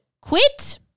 quit